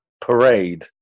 Parade